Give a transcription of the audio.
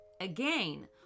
again